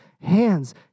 hands